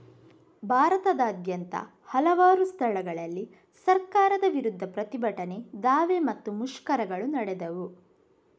ಭಾರತದಾದ್ಯಂತ ಹಲವಾರು ಸ್ಥಳಗಳಲ್ಲಿ ಸರ್ಕಾರದ ವಿರುದ್ಧ ಪ್ರತಿಭಟನೆ, ದಾವೆ ಮತ್ತೆ ಮುಷ್ಕರಗಳು ನಡೆದವು